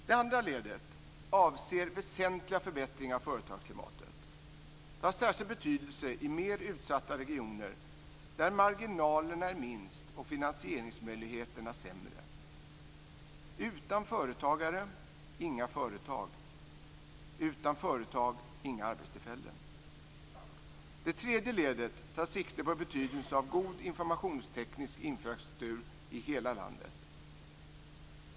Det andra ledet avser väsentliga förbättringar av företagsklimatet. Det har särskild betydelse i mer utsatta regioner där marginalerna är minst och finansieringsmöjligheterna sämre. Utan företagare - inga företag. Utan företag - inga arbetstillfällen. Det tredje ledet tar sikte på betydelsen av god informationsteknisk infrastruktur i hela landet.